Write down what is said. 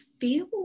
feel